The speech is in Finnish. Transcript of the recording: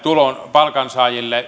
palkansaajille